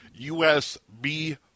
USB